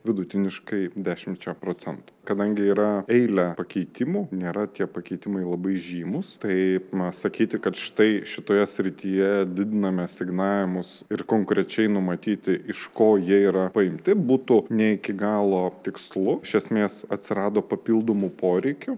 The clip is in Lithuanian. vidutiniškai dešimčia procentų kadangi yra eilė pakeitimų nėra tie pakeitimai labai žymūs tai na sakyti kad štai šitoje srityje didiname asignavimus ir konkrečiai numatyti iš ko jie yra paimti būtų ne iki galo tikslu iš esmės atsirado papildomų poreikių